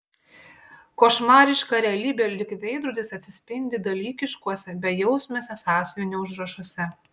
košmariška realybė lyg veidrodis atsispindi dalykiškuose bejausmiuose sąsiuvinio užrašuose